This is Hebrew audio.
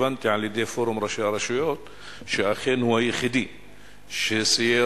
הבנתי מפורום ראשי הרשויות שאכן הוא היחידי שסייר,